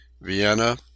Vienna